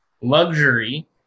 luxury